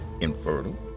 infertile